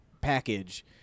package